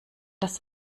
das